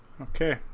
Okay